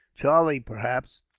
charlie, perhaps,